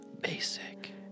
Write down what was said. Basic